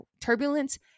Turbulence